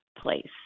place